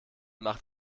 macht